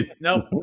Nope